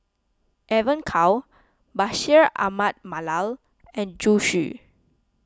Evon Kow Bashir Ahmad Mallal and Zhu Xu